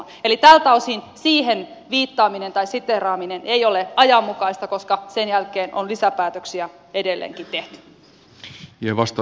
eli tältä osin siihen viittaaminen tai sen siteeraaminen ei ole ajanmukaista koska sen jälkeen on lisäpäätöksiä edelleenkin tehty